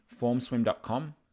formswim.com